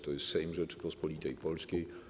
To jest Sejm Rzeczypospolitej Polskiej.